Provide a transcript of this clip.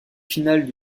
finale